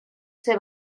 ser